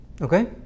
okay